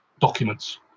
documents